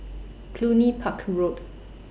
Cluny Park Road